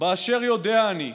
באשר יודע אני,